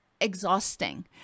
exhausting